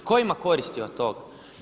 Tko ima koristi od toga?